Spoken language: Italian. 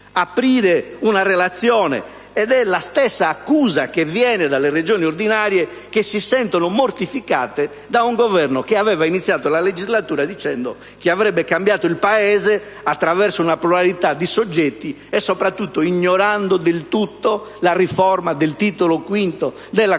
aprire una relazione. Ed è la stessa accusa che viene dalle Regioni ordinarie, che si sentono mortificate da un Governo che aveva iniziato la legislatura dicendo che avrebbe cambiato il Paese attraverso una pluralità di soggetti, ignorando però del tutto la riforma del Titolo V della Costituzione,